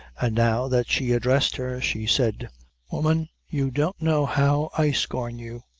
and now that she addressed her, she said woman, you don't know how i scorn you!